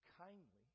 kindly